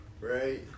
Right